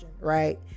right